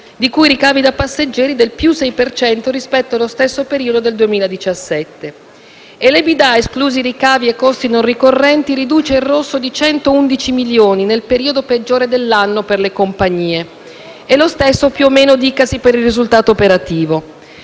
in cui i ricavi da passeggeri crescono del 6 per cento rispetto allo stesso periodo del 2017. E l'EBITDA, esclusi i ricavi e i costi non ricorrenti, riduce il rosso di 111 milioni di euro (nel periodo peggiore dell'anno per le compagnie). Lo stesso più o meno dicasi per il risultato operativo.